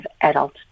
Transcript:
adult